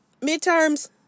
midterms